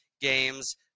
games